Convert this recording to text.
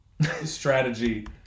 strategy